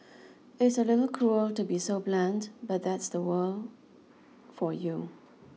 it's a little cruel to be so blunt but that's the world for you